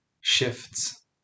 shifts